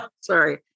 sorry